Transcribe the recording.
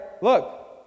look